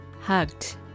hugged